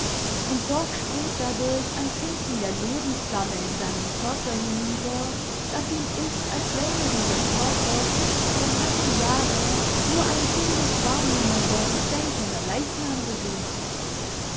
und doch springt dadurch ein funken der lebensflamme in seinen körper hinüber daß ihm ist als wäre dieser körper fünfzehn lange jahre nur ein sinnlich wahrnehmender und denkender leichnam gewesen